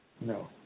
No